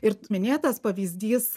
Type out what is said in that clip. ir minėtas pavyzdys